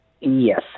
Yes